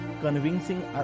convincing